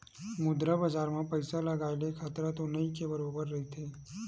मुद्रा बजार म पइसा लगाय ले खतरा तो नइ के बरोबर रहिथे